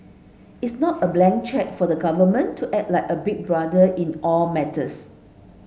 it's not a blank cheque for the government to act like a big brother in all matters